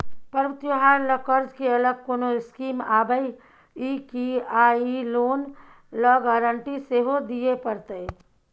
पर्व त्योहार ल कर्ज के अलग कोनो स्कीम आबै इ की आ इ लोन ल गारंटी सेहो दिए परतै?